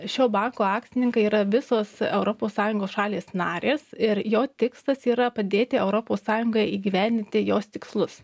šio banko akcininkai yra visos europos sąjungos šalys narės ir jo tikslas yra padėti europos sąjungai įgyvendinti jos tikslus